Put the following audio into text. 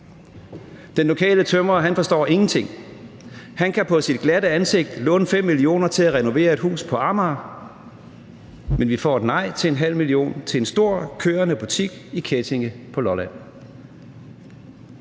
Den lokale tømrer forstår ingenting. Han kan på sit glatte ansigt låne 5 mio. kr. til at renovere et hus på Amager, men vi får et nej til at låne 0,5 mio. kr. til en stor velkørende butik i Kettinge på Lolland.